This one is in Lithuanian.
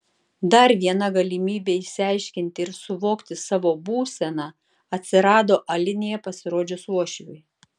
dar viena galimybė išsiaiškinti ir suvokti savo būseną atsirado alinėje pasirodžius uošviui